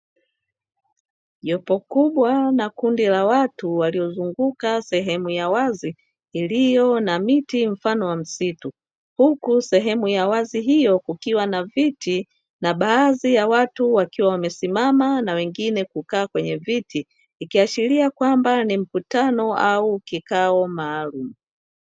Jopo kubwa na kundi la watu, waliozunguka sehemu ya wazi iliyo na miti mfano wa msitu. Huku sehemu ya wazi hiyo kukiwa na viti na baadhi ya watu wakiwa wamesimama na wengine kukaa kwenye viti, ikiashiria kwamba ni mkutano au kikao maalumu.